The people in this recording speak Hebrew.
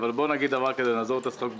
אבל בואו נגיד דבר כזה, נעזוב את הצחוק בצד.